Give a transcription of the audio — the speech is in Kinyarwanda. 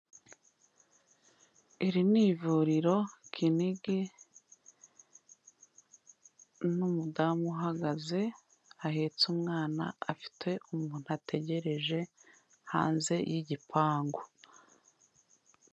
Iri ni ivuriro Kinigi, n'umudamu uhagaze ahetse umwana afite umuntu ategereje hanze y'igipangu.